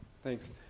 Thanks